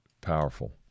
Powerful